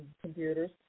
computers